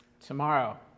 Tomorrow